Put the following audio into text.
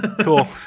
cool